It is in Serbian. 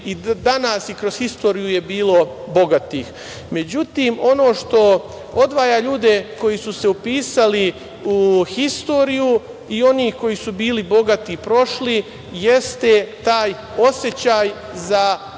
i danas i kroz istoriju su bili bogati. Međutim, ono što odvaja ljude koji su se upisali u istoriju i onih koji su bili bogati i prošli jeste taj osećaj za